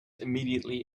immediately